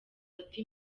ati